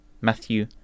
Matthew